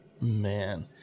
Man